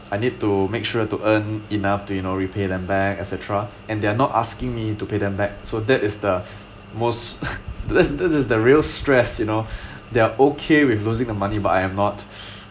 I need to make sure to earn enough to you know repay them back et cetera and they are not asking me to pay them back so that is the most this is this is the real stress you know they are okay with losing the money but I am not